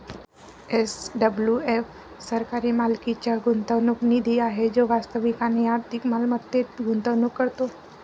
SWF सरकारी मालकीचा गुंतवणूक निधी आहे जो वास्तविक आणि आर्थिक मालमत्तेत गुंतवणूक करतो